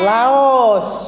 Laos